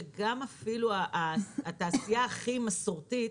שאפילו התעשייה הכי מסורתית,